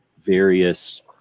various